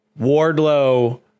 Wardlow